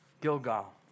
Gilgal